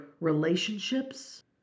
relationships